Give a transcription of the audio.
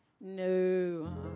No